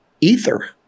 ether